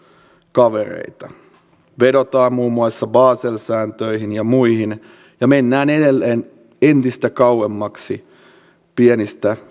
kavereita vedotaan muun muassa basel sääntöihin ja muihin ja mennään edelleen entistä kauemmaksi pienistä